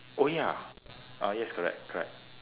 oh ya ah yes correct correct